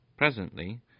Presently